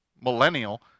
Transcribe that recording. millennial